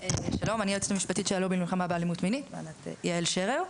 אני היועצת המשפטית של הלובי למלחמה באלימות מינית בהנהלת יעל שרר.